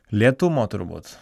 lėtumo turbūt